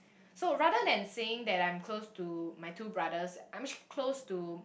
so rather than saying that I'm close to my two brothers I'm actually close to